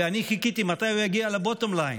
ואני חיכיתי שהוא יגיע ל-bottom line,